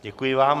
Děkuji vám.